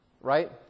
right